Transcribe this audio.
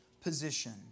position